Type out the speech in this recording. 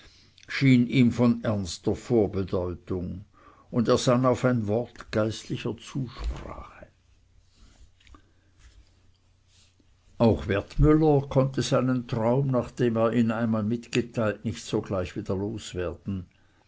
schien ihm von ernster vorbedeutung und er sann auf ein wort geistlicher zusprache auch wertmüller konnte seinen traum nachdem er ihn einmal mitgeteilt nicht sogleich wieder loswerden